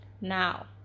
now